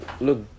look